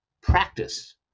practice